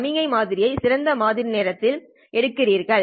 சமிக்ஞையின் மாதிரியை சிறந்த மாதிரி நேரத்தில் எடுக்கிறீர்கள்